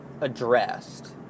addressed